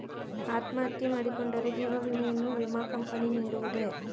ಅತ್ಮಹತ್ಯೆ ಮಾಡಿಕೊಂಡರೆ ಜೀವ ವಿಮೆಯನ್ನು ವಿಮಾ ಕಂಪನಿ ನೀಡುವುದೇ?